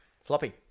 Floppy